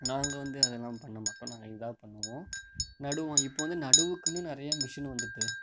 நாங்கள் வந்து அதெல்லாம் பண்ணமாட்டோம் நாங்கள் இதுதான் பண்ணுவோம் நடுவோம் இப்போ வந்து நடவுக்கெனு நிறைய மிஷின் வந்துட்டு